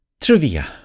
trivia